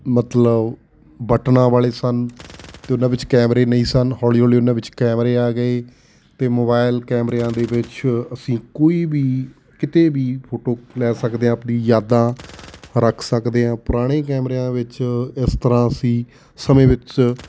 ਮਤਲਬ ਬਟਨਾਂ ਵਾਲੇ ਸਨ ਅਤੇ ਉਹਨਾਂ ਵਿੱਚ ਕੈਮਰੇ ਨਹੀਂ ਸਨ ਹੌਲੀ ਹੌਲੀ ਉਹਨਾਂ ਵਿੱਚ ਕੈਮਰੇ ਆ ਗਏ ਅਤੇ ਮੋਬਾਇਲ ਕੈਮਰਿਆਂ ਦੇ ਵਿੱਚ ਅਸੀਂ ਕੋਈ ਵੀ ਕਿਤੇ ਵੀ ਫੋਟੋ ਲੈ ਸਕਦੇ ਆ ਆਪਣੀ ਯਾਦਾਂ ਰੱਖ ਸਕਦੇ ਹਾਂ ਪੁਰਾਣੇ ਕੈਮਰਿਆਂ ਵਿੱਚ ਇਸ ਤਰ੍ਹਾਂ ਅਸੀਂ ਸਮੇਂ ਵਿੱਚ